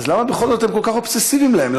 אז למה בכל זאת אתם כל כך אובססיביים כלפיהם?